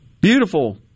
beautiful